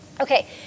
Okay